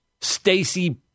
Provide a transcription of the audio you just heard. Stacey